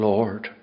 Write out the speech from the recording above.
Lord